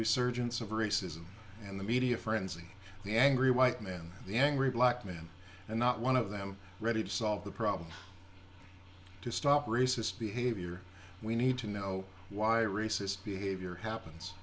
resurgence of racism and the media frenzy the angry white man the angry black man and not one of them ready to solve the problem to stop racist behavior we need to know why racist behavior happens